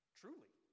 truly